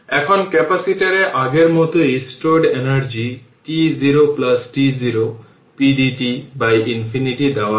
এখন ক্যাপাসিটরে আগের মতোই stored energy tot0 t0 pdt by infinity দেওয়া হয়